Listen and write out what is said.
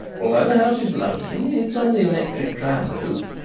although the house is lonely it is on the electric tram route.